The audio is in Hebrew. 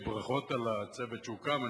ברכות על הצוות שהוקם,